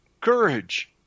courage